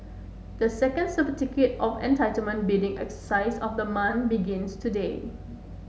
the second Certificate of Entitlement bidding exercise of the month begins today